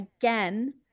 again